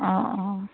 অঁ অঁ